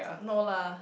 no lah